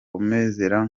amasezerano